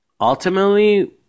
ultimately